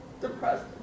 depressed